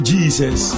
Jesus